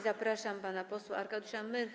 Zapraszam pana posła Arkadiusza Myrchę.